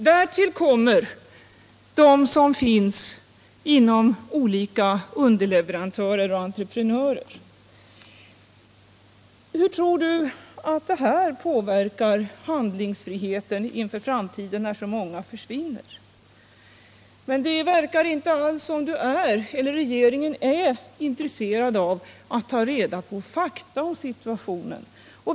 Därtill kommer personalminskningar bland dem som arbetar hos berörda underleverantörer och entreprenörer. Hur tror du att det förhållandet att så många människor försvinner påverkar handlingsfriheten inför framtiden? Det verkar som om varken du eller regeringen i övrigt är intresserad av att ta reda på fakta om situationen.